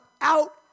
out